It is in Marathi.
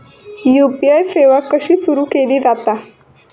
यू.पी.आय सेवा कशी सुरू केली जाता?